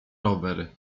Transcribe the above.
rower